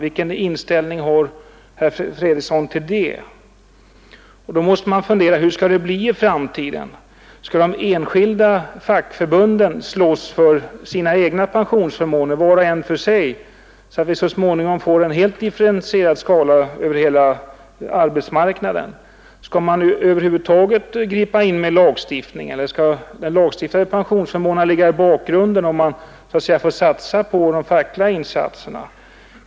Vilken inställning har herr Fredriksson till dem? Hur skall det bli i framtiden: Skall vart och ett av de enskilda fackförbunden slåss för sina egna pensionsförmåner, så att vi till sist får en differentierad skala över hela arbetsmarknaden? Skall man över huvud taget gripa in med lagstiftning eller skall de lagstiftade pensionsförmånerna bara finnas i bakgrunden, medan tonvikten läggs vid de fackliga insatserna?